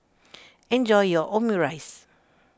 enjoy your Omurice